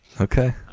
Okay